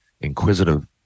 inquisitive